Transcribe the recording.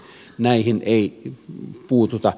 näihin ei puututa